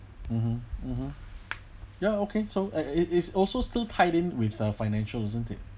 mmhmm mmhmm ya okay so uh it it is also still tied in with a financial isn't it